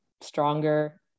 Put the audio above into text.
stronger